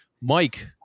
Mike